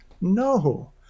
No